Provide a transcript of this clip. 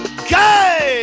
okay